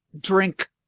drink